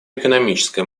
экономическая